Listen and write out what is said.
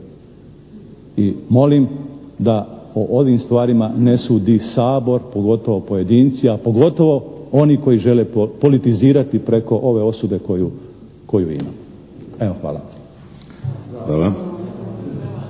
I molim da o ovim stvarima ne sudi Sabor pogotovo pojedinci a pogotovo oni koji žele politizirati preko ove osude koju imamo. Hvala.